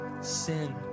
sin